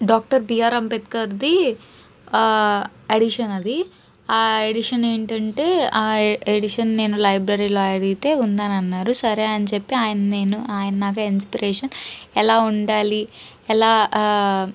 doctor B R అంబేద్కర్ది addition అది ఆ ఎడిషన్ ఏంటంటే ఆ ఎడిషన్ నేను లైబ్రరీలో అడిగితే ఉందనని అన్నారు సరే అని చెప్పి ఆయన నేను ఆయన నాకు ఇన్స్పిరేషన్ ఎలా ఉండాలి ఎలా